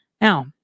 Now